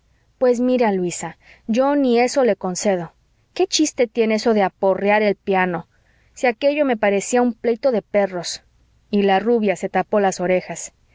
pues mira luisa yo ni eso le concedo qué chiste tiene eso de aporrear el piano si aquello me parecía un pleito de perros y la rubia se tapó las orejas